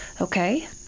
Okay